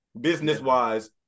business-wise